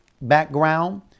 background